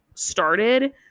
started